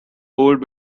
old